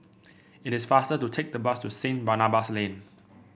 it is faster to take the bus to Saint Barnabas Lane